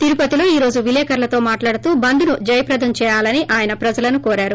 తిరుపతిలో ఈ రోజు విలేకరులతో మాట్లాడుతూ బంద్ ని జయప్రదం చేయాలని అయన ప్రజలను కోరారు